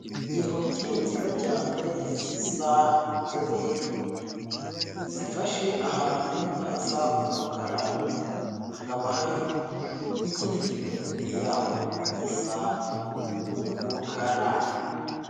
Intoki nziza cyane zisa inzobe, zifashe ahantu hasa umukara, hakaba hari n'ikindi kintu imbere yaho gisa umukara.